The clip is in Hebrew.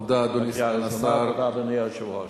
תודה, אדוני היושב-ראש.